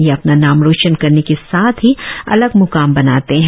ये अपना नाम रोशन करने के साथ ही अलग म्काम बनाते हैं